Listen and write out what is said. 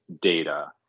data